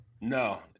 no